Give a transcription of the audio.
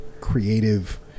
creative